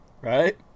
Right